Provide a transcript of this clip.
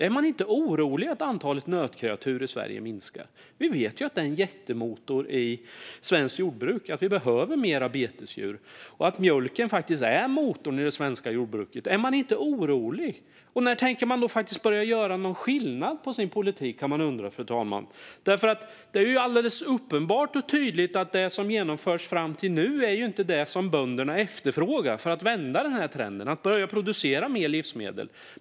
Är man inte orolig över att antalet nötkreatur i Sverige minskar? Vi vet ju att detta är en jättemotor i svenskt jordbruk, att vi behöver fler betesdjur och att mjölken faktiskt är motorn i det svenska jordbruket. Är man inte orolig? Och när tänker man faktiskt börja göra något annorlunda i sin politik? Det kan jag undra, fru talman. Det är ju alldeles uppenbart och tydligt att det som genomförts fram till nu inte är det som bönderna efterfrågar för att vända denna trend och börja producera mer livsmedel.